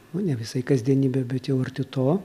nu ne visai kasdienybė bet jau arti to